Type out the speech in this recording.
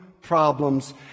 problems